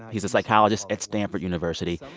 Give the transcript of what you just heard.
he's a psychologist at stanford university.